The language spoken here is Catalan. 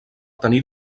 tenir